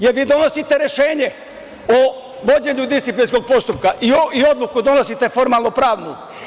Jel vi donosite rešenje o vođenju disciplinskog postupka i odluku, formalno-pravnu?